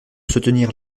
soutenir